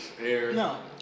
No